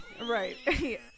right